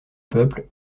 peuple